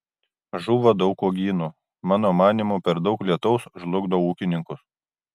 žuvo daug uogynų mano manymu per daug lietaus žlugdo ūkininkus